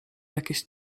jakieś